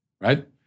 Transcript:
right